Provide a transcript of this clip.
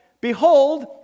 Behold